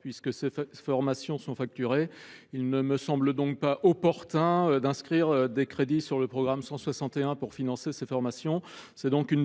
puisque ces formations sont facturées. Il ne me semble donc pas opportun d’inscrire des crédits dans le programme 161 pour financer ces formations.